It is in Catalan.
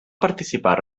participar